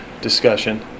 discussion